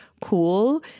cool